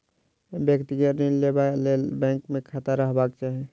व्यक्तिगत ऋण लेबा लेल बैंक मे खाता रहबाक चाही